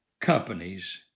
companies